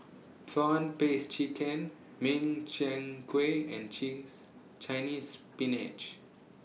Prawn Paste Chicken Min Chiang Kueh and Cheese Chinese Spinach